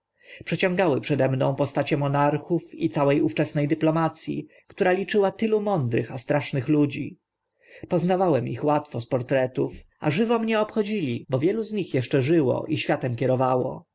przede mną postacie monarchów i całe ówczesne dyplomac i która liczyła tylu mądrych a strasznych ludzi poznawałem ich łatwo z portretów a żywo mię obchodzili bo wielu z nich eszcze żyło i światem kierowało